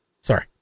Sorry